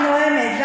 אני נואמת.